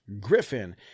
griffin